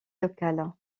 locale